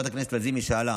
חברת הכנסת לזימי שאלה.